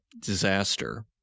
disaster